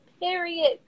period